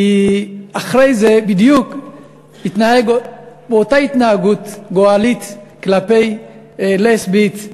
כי אחרי זה הוא התנהג בדיוק באותה התנהגות גועלית כלפי לסבית,